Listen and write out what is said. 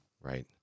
Right